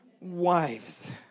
wives